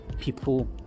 people